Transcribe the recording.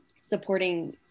supporting